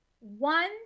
one